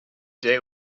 day